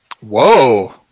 Whoa